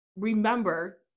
remember